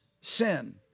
sin